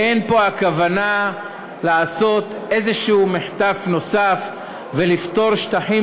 אין פה הכוונה לעשות איזה מחטף נוסף ולפטור שטחים